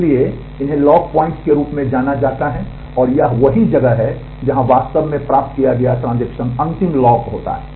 इसलिए इन्हें lock points के रूप में जाना जाता है और यही वह जगह है जहाँ वास्तव में प्राप्त किया गया ट्रांजेक्शन अंतिम लॉक होता है